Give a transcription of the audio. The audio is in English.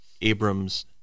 Abram's